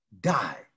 die